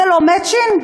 זה לא מצ'ינג?